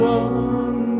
one